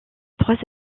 trois